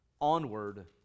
onward